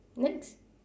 next